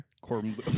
Corbin